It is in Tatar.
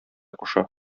куша